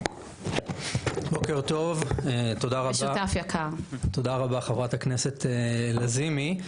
בוקר טוב, תודה רבה חברת הכנסת לזימי.